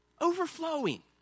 Overflowing